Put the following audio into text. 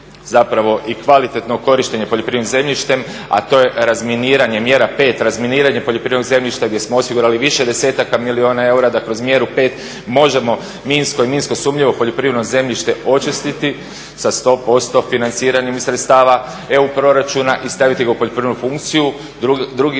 zapravo i kvalitetno korištenje poljoprivrednim zemljištem, a to je razminiranje. Mjera 5, razminiranje poljoprivrednog zemljišta gdje smo osigurali više desetaka milijuna eura da kroz mjeru 5 možemo minsko i minsko sumnjivo poljoprivredno zemljište očistiti sa 100% financiranjem iz sredstava EU proračuna i staviti ga u poljoprivrednu funkciju. Drugi